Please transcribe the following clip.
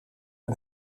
een